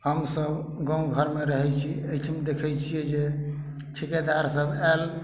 हमसब गाँव घरमे रहै छी एहिठाम देखै छियै जे ठिकेदार सब आयल